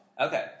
Okay